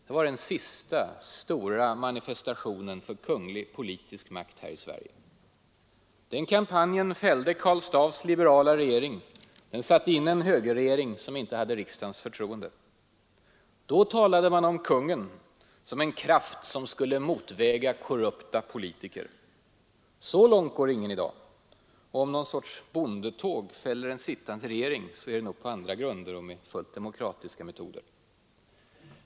Det var den sista stora manifestationen för kunglig politisk makt här i Sverige. Den kampanjen fällde Karl Staaffs liberala regering och satte in en högerregering som inte hade riksdagens förtroende. Då talade man om kungen som en kraft som skulle motväga korrupta politiker. Så långt går ingen i dag. Om någon sorts bondetåg fäller en sittande regering så är det nog på andra grunder och med fullt demokratiska metoder.